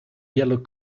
yellow